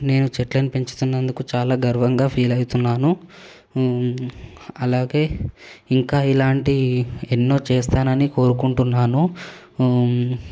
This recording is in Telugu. నేను చెట్లను పెంచుతున్నందుకు చాలా గర్వంగా ఫీల్ అయితున్నాను అలాగే ఇంకా ఇలాంటి ఎన్నో చేస్తానని కోరుకుంటున్నాను